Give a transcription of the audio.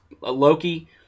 Loki